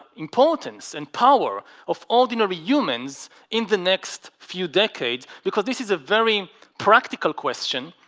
importance and power of ordinary humans in the next few decades because this is a very practical question